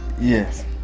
yes